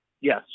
Yes